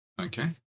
Okay